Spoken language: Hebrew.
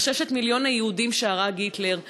אך ששת מיליון היהודים שהרג היטלר,